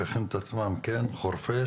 שיכינו את עצמם חורפיש,